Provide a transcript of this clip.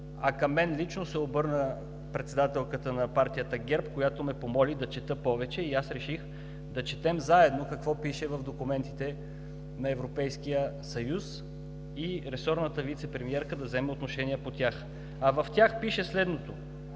а към мен лично се обърна председателката на партия ГЕРБ, която ме помоли да чета повече, и аз реших заедно да четем какво пише в документите на Европейския съюз и ресорната вицепремиерка да вземе отношение по тях. В тях пише следното: